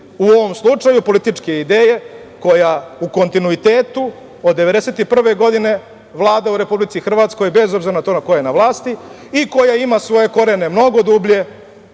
U ovom slučaju političke ideje koja u kontinuitetu od 1991. godine, vlada u Republici Hrvatskoj bez obzira na to ko je na vlasti i koja ima svoje korene mnogo dublje